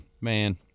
man